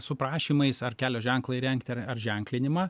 su prašymais ar kelio ženklą įrengti ar ar ženklinimą